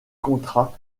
contrat